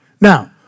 now